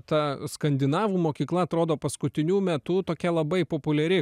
ta skandinavų mokykla atrodo paskutiniu metu tokia labai populiari